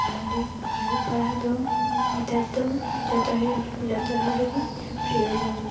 ᱛᱟᱦᱚᱞᱮ ᱚᱞᱚᱜ ᱯᱟᱲᱦᱟᱣ ᱫᱚ ᱱᱮᱛᱟᱨ ᱫᱚ ᱡᱷᱚᱛᱚ ᱟᱭᱳ ᱦᱚᱲ ᱡᱷᱚᱛᱚ ᱦᱚᱲᱜᱮ ᱯᱨᱚᱭᱳᱡᱚᱱ